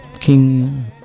king